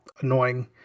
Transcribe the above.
annoying